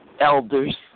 elders